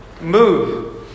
move